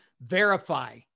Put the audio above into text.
verify